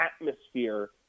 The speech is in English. atmosphere